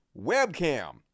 Webcam